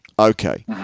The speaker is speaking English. Okay